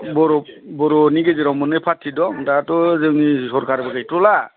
बर'नि गेजेराव मोननै पार्टि दं दाथ' जोंनि सरकारबो गैथ'ला